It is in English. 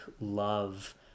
love